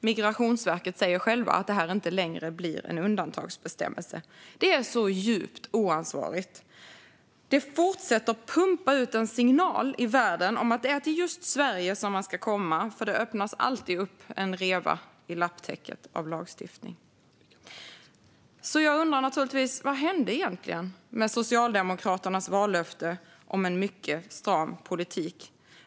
Migrationsverket säger själva att det här inte längre blir en undantagsbestämmelse. Det är djupt oansvarigt. Det fortsätter pumpa ut en signal i världen om att det är till just Sverige man ska komma, för här öppnas det alltid en reva i lapptäcket av lagstiftning. Jag undrar naturligtvis: Vad hände egentligen med Socialdemokraternas vallöfte om en mycket stram politik?